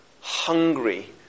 hungry